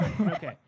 Okay